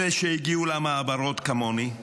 אלה שהגיעו למעברות, כמוני,